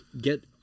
get